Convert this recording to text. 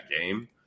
game